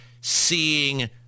seeing